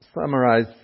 summarize